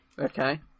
Okay